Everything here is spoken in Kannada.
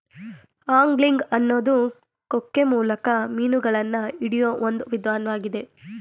ಆಂಗ್ಲಿಂಗ್ ಅನ್ನೋದು ಕೊಕ್ಕೆ ಮೂಲಕ ಮೀನುಗಳನ್ನ ಹಿಡಿಯೋ ಒಂದ್ ವಿಧಾನ್ವಾಗಿದೆ